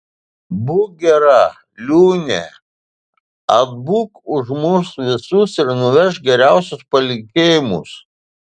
būk gera liūne atbūk už mus visus ir nuvežk geriausius palinkėjimus